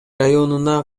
районуна